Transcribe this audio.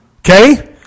Okay